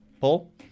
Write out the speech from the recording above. Paul